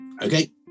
Okay